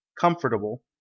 comfortable